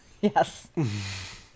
Yes